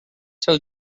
seu